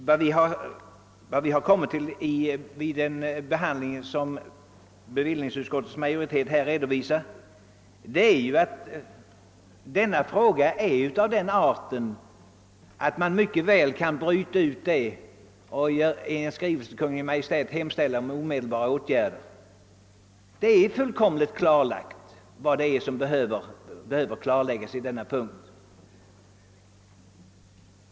Vad utskottsmajoriteten kommit fram till är, att denna fråga är av sådan art, att den mycket väl kan brytas ut, och att riksdagen i skrivelse till Kungl. Maj:t bör kunna hemställa om omedelbara åtgärder. Det är fullkomligt klarlagt vad som behöver utredas på denna punkt.